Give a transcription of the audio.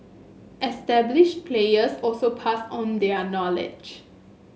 established players also pass on their knowledge